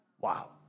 Wow